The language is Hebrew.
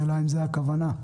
האם זאת הכוונה?